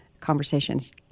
conversations